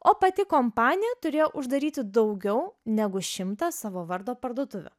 o pati kompanija turėjo uždaryti daugiau negu šimtą savo vardo parduotuvių